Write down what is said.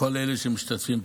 וכל אלה שמשתתפים פה,